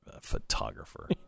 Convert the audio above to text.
Photographer